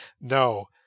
No